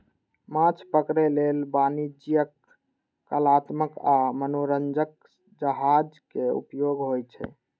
माछ पकड़ै लेल वाणिज्यिक, कलात्मक आ मनोरंजक जहाज के उपयोग होइ छै